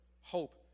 hope